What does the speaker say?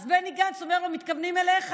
אז בני גנץ אומר לו: מתכוונים אליך,